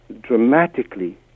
dramatically